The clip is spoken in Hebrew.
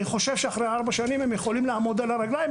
אני חושב שאחרי ארבע שנים הם יכולים לעמוד על הרגליים,